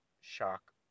shock